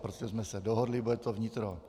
Prostě jsme se dohodli, bude to vnitro.